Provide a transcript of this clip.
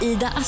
Ida